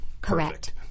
correct